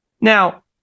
Now